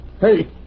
Hey